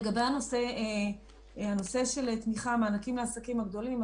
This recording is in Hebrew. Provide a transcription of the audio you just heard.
לגבי הנושא של תמיכה, מענקים לעסקים הגדולים.